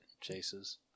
chases